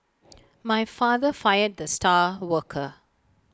my father fired the star worker